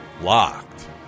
Locked